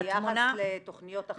היו תקנים חדשים ביחס לתכניות אחרות.